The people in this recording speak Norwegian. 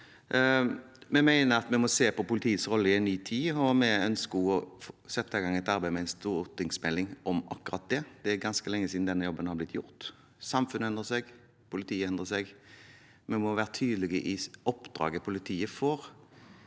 5) mener vi må se på politiets rolle i en ny tid, og vi ønsker å sette i gang et arbeid med en stortingsmelding om akkurat det. Det er ganske lenge siden den jobben ble gjort. Samfunnet endrer seg, politiet endrer seg. Vi må være tydelig på hva som er oppdraget politiet får,